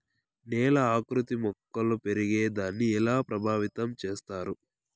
నేల ఆకృతి మొక్కలు పెరిగేదాన్ని ఎలా ప్రభావితం చేస్తుంది?